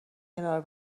کنار